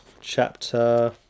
chapter